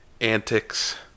antics